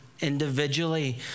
individually